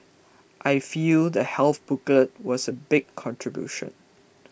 I feel the health booklet was a big contribution